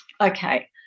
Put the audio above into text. Okay